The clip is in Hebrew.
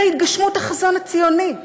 זו התגשמות החזון הציוני.